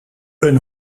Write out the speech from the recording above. een